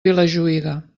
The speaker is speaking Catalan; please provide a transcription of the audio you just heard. vilajuïga